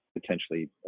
potentially